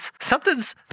something's